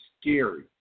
scary